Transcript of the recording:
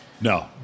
No